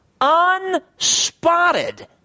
unspotted